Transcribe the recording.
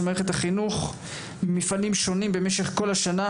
מערכת החינוך במפעלים שונים במשך כל השנה,